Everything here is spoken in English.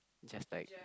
just like